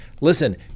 Listen